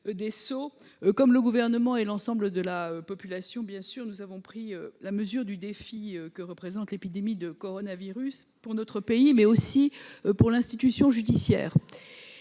des sceaux, comme le Gouvernement et l'ensemble de la population, nous avons pris la mesure du défi que représente l'épidémie de coronavirus pour notre pays, mais aussi pour l'institution judiciaire,